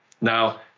Now